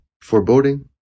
foreboding